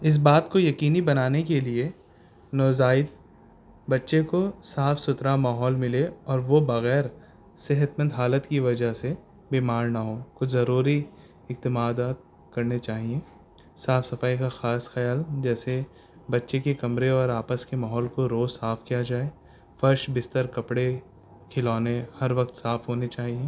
اس بات کو یقینی بنانے کے لیے نوزائید بچے کو صاف ستھرا ماحول ملے اور وہ بغیر صحت مند حالت کی وجہ سے بیمار نہ ہووں کچھ ضروری اقتمادات کرنے چاہئیں صاف صفائی کا خاص خیال جیسے بچے کے کمرے اور آپس کے ماحول کو روز صاف کیا جائے فرش بستر کپڑے کھلونے ہر وقت صاف ہونے چاہئیں